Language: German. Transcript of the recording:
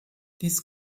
dies